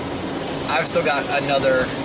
i've still got another,